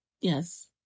Yes